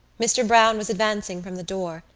mr. browne was advancing from the door,